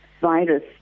virus